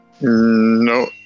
No